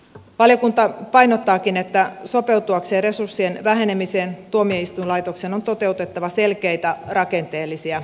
valiokunta painottaakin että sopeutuakseen resurssien vähenemiseen tuomioistuinlaitoksen on toteutettava selkeitä rakenteellisia uudistuksia